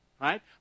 Right